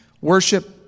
worship